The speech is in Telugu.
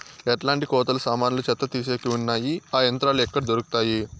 ఎట్లాంటి కోతలు సామాన్లు చెత్త తీసేకి వున్నాయి? ఆ యంత్రాలు ఎక్కడ దొరుకుతాయి?